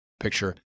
picture